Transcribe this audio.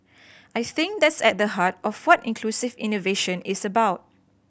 I think that's at the heart of what inclusive innovation is about